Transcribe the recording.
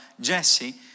Jesse